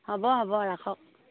হ'ব হ'ব ৰাখক